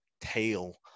tail